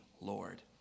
Lord